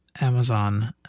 Amazon